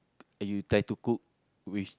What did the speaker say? you try to cook with